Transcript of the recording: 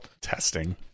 Testing